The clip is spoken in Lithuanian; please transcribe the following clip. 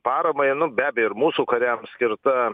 paramai nu be abejo ir mūsų kariams skirta